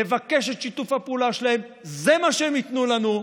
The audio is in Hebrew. לבקש את שיתוף הפעולה שלהם, זה מה שהם ייתנו לנו,